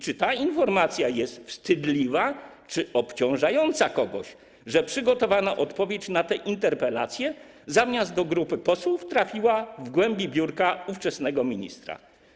Czy ta informacja jest wstydliwa, czy kogoś obciążająca, że przygotowana odpowiedź na tę interpelację zamiast do grupy posłów trafiła, znalazła się w głębi biurka ówczesnego ministra?